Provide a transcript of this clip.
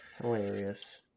Hilarious